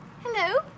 Hello